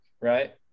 right